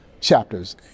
chapters